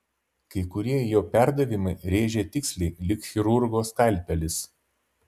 kai kurie jo perdavimai rėžė tiksliai lyg chirurgo skalpelis